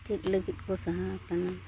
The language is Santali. ᱪᱮᱫ ᱞᱟᱹᱜᱤᱫ ᱠᱚ ᱥᱟᱦᱟᱣᱟᱠᱟᱱᱟ